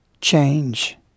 change